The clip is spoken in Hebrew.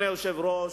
לכן, אדוני היושב-ראש,